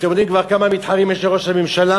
אתם יודעים כבר כמה מתחרים יש לראש הממשלה?